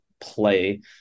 play